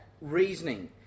reasoning